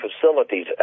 facilities